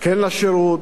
לא להשתמטות.